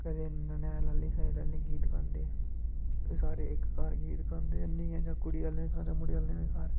कदें ननेहाल आह्ली साइड आह्ले गीत गांदे एह् सारें इक घर गीत गांदे जां कुड़ियां आह्ले घर जां मुड़े आह्ले घर